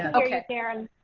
okay. aaron.